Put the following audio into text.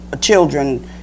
children